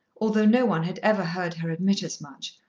although no one had ever heard her admit as much,